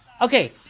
Okay